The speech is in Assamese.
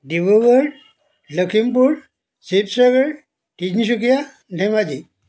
ডিব্ৰুগড় লখিমপুৰ শিৱসাগৰ তিনিচুকীয়া ধেমাজি